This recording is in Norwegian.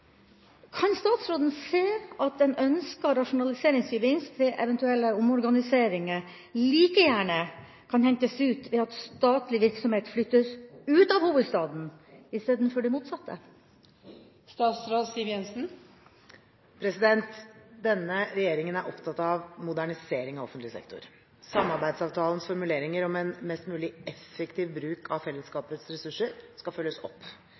Kan statsråden se at en ønsket rasjonaliseringsgevinst ved eventuelle omorganiseringer like gjerne kan hentes ut ved at statlig virksomhet flyttes ut av hovedstaden istedenfor det motsatte?» Denne regjeringen er opptatt av modernisering av offentlig sektor. Samarbeidsavtalens formuleringer om en «mest mulig effektiv bruk av fellesskapets ressurser», skal følges opp.